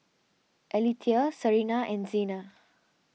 Aletha Sarina and Xena